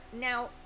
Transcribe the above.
now